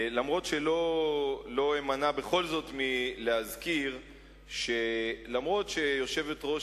ולא אמנע בכל זאת מלהזכיר שאף-על-פי שיושבת-ראש